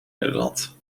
nederland